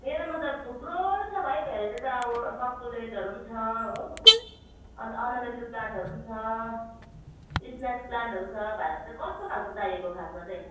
मेरोमा त थुप्रो छ भाइ भेराइटी त अब सकुलेन्टहरू पनि छ हो अन्त अर्नामेन्टल प्लान्टहरू पनि छ स्नेक प्लान्टहर छ भाइलाई चाहिँ कस्तो खालको चाहिएको खासमा चाहिँ